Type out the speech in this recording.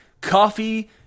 coffee